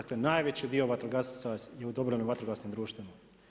Dakle, najveći dio vatrogasaca je u dobrovoljnim vatrogasnim društvima.